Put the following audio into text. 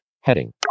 heading